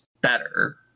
better